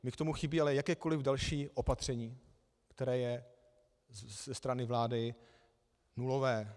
Mně k tomu chybí ale jakékoliv další opatření, které je ze strany vlády nulové.